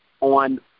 on